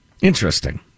Interesting